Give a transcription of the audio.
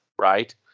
right